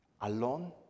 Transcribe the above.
alone